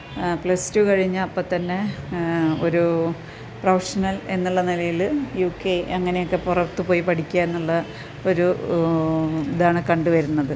plus two കഴിഞ്ഞ് അപ്പോൾ തന്നെ ഒരു പ്രഫഷണൽ എന്നുള്ള നിലയിൽ യു കെ അങ്ങനെയൊക്കെ പുറത്ത് പോയി പഠിക്കുക എന്നുള്ള ഒരു ഇതാണ് കണ്ടു വരുന്നത്